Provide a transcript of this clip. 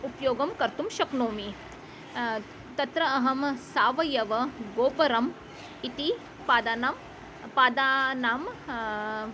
उपयोगं कर्तुं शक्नोमि तत्र अहं सावयव गोबरम् इति पादानां पादानां